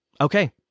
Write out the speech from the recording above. okay